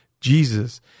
Jesus